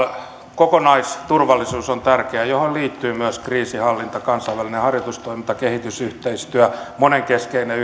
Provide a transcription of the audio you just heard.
kokonaisturvallisuus on tärkeää siihen liittyy myös kriisinhallinta kansainvälinen harjoitustoiminta kehitysyhteistyö monenkeskinen